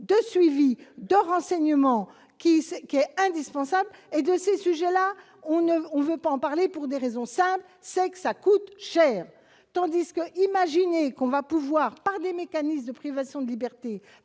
de suivi de renseignements qui sait qui est indispensable et de ces sujets-là, on ne trouve pas en parler pour des raisons ça c'est que ça coûte cher, tandis que imaginer qu'on va pouvoir par des mécanismes de privation de liberté